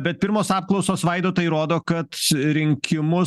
bet pirmos apklausos vaidotai rodo kad rinkimus